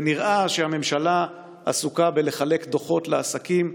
ונראה שהממשלה עסוקה בלחלק דוחות לעסקים.